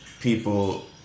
people